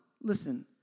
listen